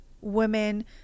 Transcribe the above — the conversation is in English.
women